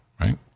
right